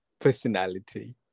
personality